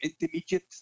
intermediate